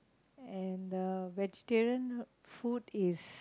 and vegetarian food is